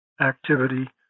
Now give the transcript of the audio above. activity